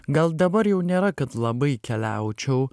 gal dabar jau nėra kad labai keliaučiau